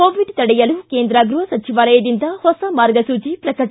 Covid ತಡೆಯಲು ಕೇಂದ್ರ ಗೃಹ ಸಚಿವಾಲಯದಿಂದ ಹೊಸ ಮಾರ್ಗಸೂಚಿ ಪ್ರಕಟ